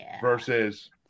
versus